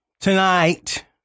tonight